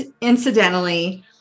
incidentally